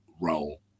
role